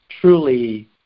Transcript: truly